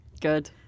Good